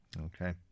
Okay